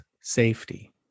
safety